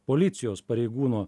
policijos pareigūno